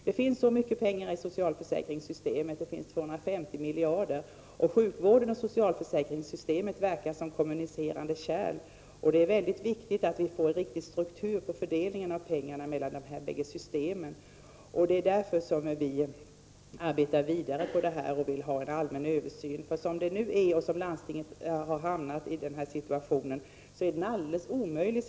Det finns 250 miljarder i sjukförsäkringssystemet. Sjukvården och socialförsäkringssystemet verkar som kommunicerande kärl, och det är viktigt att vi får en god struktur på fördelningen av pengarna mellan dessa system. Vi arbetar vidare på detta och vill ha en allmän översyn. Den situation landstingen hamnat i nu är alldeles omöjlig.